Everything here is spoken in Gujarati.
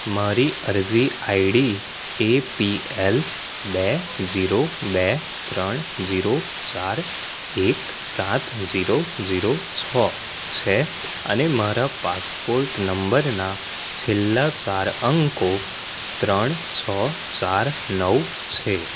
મારી અરજી આઈડી એપીએલ બે ઝીરો બે ત્રણ ઝીરો ચાર એક સાત ઝીરો ઝીરો છ છે અને મારા પાસપોર્ટ નંબરના છેલ્લા ચાર અંકો ત્રણ છ ચાર નવ છે